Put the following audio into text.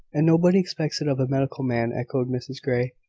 and nobody expects it of a medical man, echoed mrs grey.